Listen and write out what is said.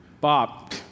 Bob